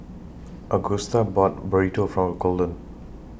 Agusta bought Burrito For Golden